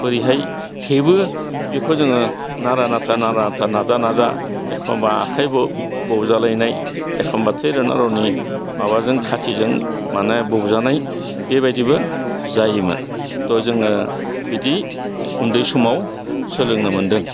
बोहैहाय हेबो बेखौ जोङो नारा नाथा नारा नाथा नाजा नाजा एखमबा आखाइ बौ बौजालायनाय एखमबा थै रना रनि माबाजों खाथिजों मानि बौजानाय बेबायदिबो जायोमोन थह जोङो बिदि उन्दै समाव सोलोंनों मोन्दों